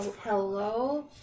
Hello